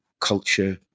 culture